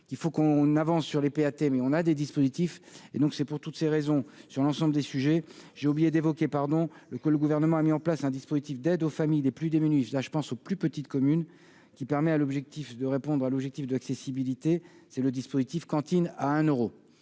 faut qu'on avance sur les AT mais on a des dispositifs et donc c'est pour toutes ces raisons, sur l'ensemble des sujets, j'ai oublié d'évoquer, pardon le que le gouvernement a mis en place un dispositif d'aide aux familles les plus démunies, je la je pense aux plus petites communes qui permet à l'objectif de répondre à l'objectif de l'accessibilité, c'est le dispositif cantine à un euros